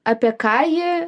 apie ką ji